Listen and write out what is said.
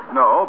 no